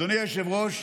אדוני היושב-ראש,